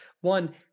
One